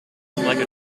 like